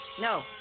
No